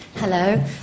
Hello